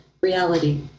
reality